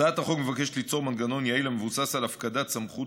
הצעת החוק מבקשת ליצור מנגנון יעיל המבוסס על הפקדת סמכות